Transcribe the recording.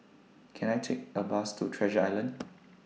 Can I Take A Bus to Treasure Island